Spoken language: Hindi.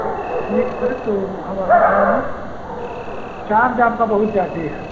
तब ठीक है तो हम आ रहे हैं चार्ज आपका बहुत ज़्यादा है